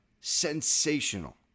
sensational